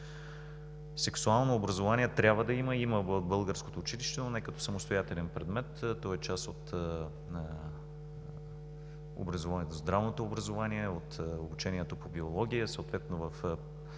Сексуално образование трябва да има и има в българското училище, но не като самостоятелен предмет – то е част от здравното образование, от обучението по биология. Съответно в